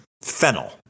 Fennel